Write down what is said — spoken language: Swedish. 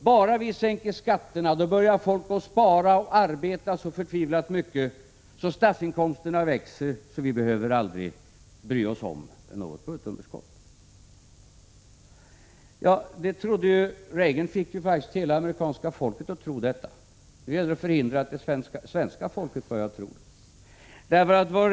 Bara vi sänker skatterna, menar de, börjar folk spara och arbeta så förtvivlat mycket att statsinkomsterna växer på ett sätt som gör att vi aldrig behöver bekymra oss för något budgetunderskott. Ronald Reagan fick faktiskt hela det amerikanska folket att tro detta. Nu gäller det att förhindra att svenska folket börjar tro samma sak.